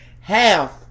half